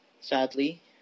sadly